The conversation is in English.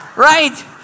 Right